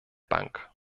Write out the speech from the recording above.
bank